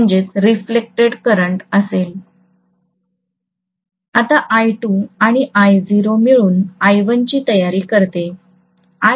आता I2 'आणि I0 मिळून I1 ची तयारी करते